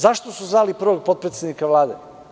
Zašto su zvali prvog potpredsednika Vlade?